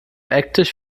ecktisch